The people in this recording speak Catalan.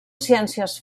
ciències